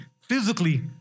physically